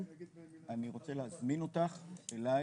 אני רוצה להזמין אותך אליי,